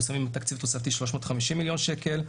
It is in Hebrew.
שמים תקציב תוספתי של 350 מיליון שקל.